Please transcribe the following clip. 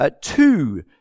two